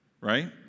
right